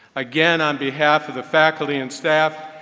again, on behalf of the faculty and staff,